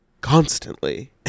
constantly